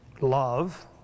Love